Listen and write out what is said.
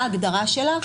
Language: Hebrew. מה ההגדרה שלה,